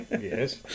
yes